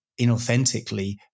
inauthentically